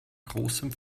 großem